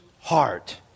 heart